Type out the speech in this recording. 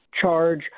charge